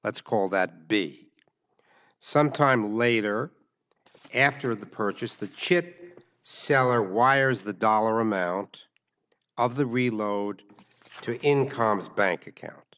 let's call that be some time later after the purchase the kit seller wires the dollar amount of the reload to incomes bank account